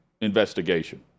investigation